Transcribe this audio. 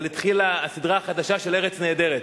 אבל התחילה הסדרה החדשה של "ארץ נהדרת"